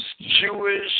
Jewish